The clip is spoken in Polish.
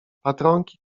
patronki